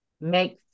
make